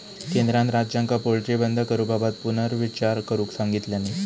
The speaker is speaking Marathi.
केंद्रान राज्यांका पोल्ट्री बंद करूबाबत पुनर्विचार करुक सांगितलानी